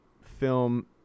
film